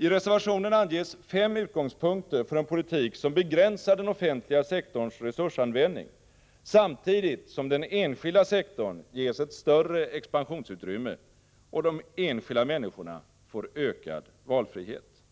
I reservationen anges fem utgångspunkter för en politik som begränsar den offentliga sektorns resursanvändning, samtidigt som den enskilda sektorn ges ett större expansionsutrymme och de enskilda människorna får ökad valfrihet.